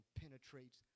penetrates